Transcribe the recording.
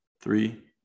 three